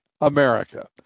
America